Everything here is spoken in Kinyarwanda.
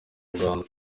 rwanda